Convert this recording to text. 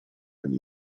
ani